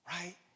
right